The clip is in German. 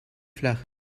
flach